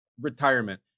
retirement